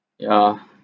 yeah